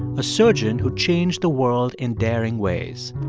a surgeon who changed the world in daring ways.